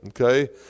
Okay